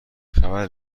خبر